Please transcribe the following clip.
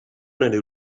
nelle